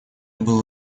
было